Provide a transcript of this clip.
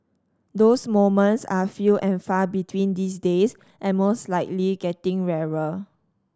those moments are few and far between these days and most likely getting rarer